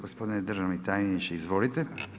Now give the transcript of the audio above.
Gospodine državni tajniče, izvolite.